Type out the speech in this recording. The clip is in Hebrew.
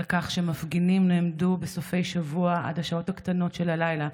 על כך שמפגינים נעמדו בסופי שבוע עד השעות הקטנות של הלילה,